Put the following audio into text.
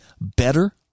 better